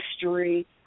history